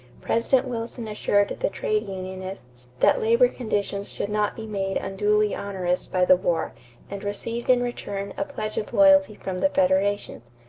president wilson assured the trade unionists that labor conditions should not be made unduly onerous by the war and received in return a pledge of loyalty from the federation.